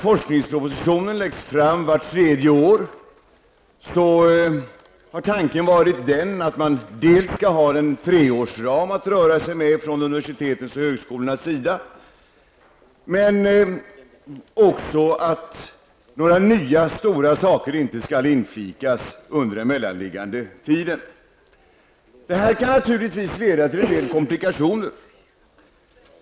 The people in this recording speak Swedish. Forskningspropositioner läggs fram vart tredje år, dels för att universiteten och högskolorna skall ha en treårsram att röra sig inom, dels för att några nya, stora saker inte skall inflikas under den mellanliggande tiden. Det här kan naturligtvis leda till en del komplikationer.